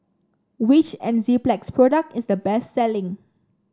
which Enzyplex product is the best selling